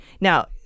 Now